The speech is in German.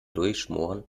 durchschmoren